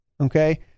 okay